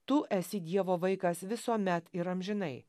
tu esi dievo vaikas visuomet ir amžinai